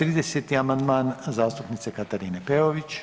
30. amandman zastupnice Katarine Peović.